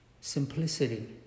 simplicity